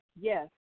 yes